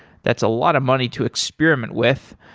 that's a lot of money to experiment with.